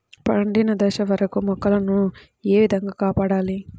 పండిన దశ వరకు మొక్కల ను ఏ విధంగా కాపాడాలి?